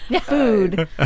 Food